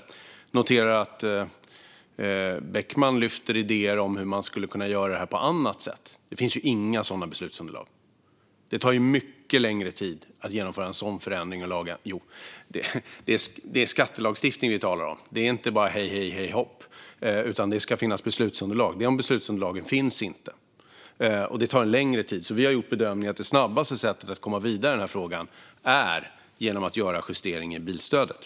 Jag noterar att Beckman lyfter idéer om hur man skulle kunna göra detta på annat sätt. Men det finns inga sådana beslutsunderlag, och det tar mycket längre tid att genomföra en sådan förändring av lagen. Det är skattelagstiftning vi talar om, så det är inte bara hej, hej hopp. Det ska finnas beslutsunderlag, och de beslutsunderlagen finns inte. Dessutom tar det som sagt längre tid. Vi har därför gjort bedömningen att det snabbaste sättet att komma vidare i denna fråga är genom att justera bilstödet.